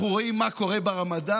אנחנו רואים מה קורה ברמדאן,